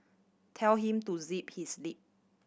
tell him to zip his lip